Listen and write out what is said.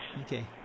Okay